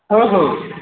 ହଁ ହଁ